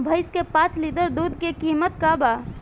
भईस के पांच लीटर दुध के कीमत का बा?